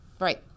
Right